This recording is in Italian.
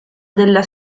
della